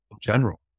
general